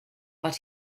but